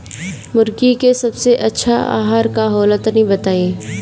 मुर्गी के सबसे अच्छा आहार का होला तनी बताई?